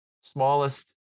smallest